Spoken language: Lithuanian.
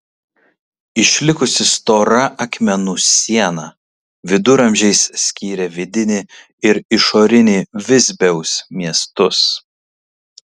išlikusi stora akmenų siena viduramžiais skyrė vidinį ir išorinį visbiaus miestus